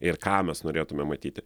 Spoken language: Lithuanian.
ir ką mes norėtume matyti